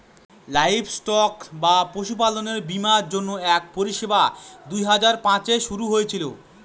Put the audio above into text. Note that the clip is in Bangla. লাইভস্টক বা পশুপালনের বীমার জন্য এক পরিষেবা দুই হাজার পাঁচে শুরু হয়েছিল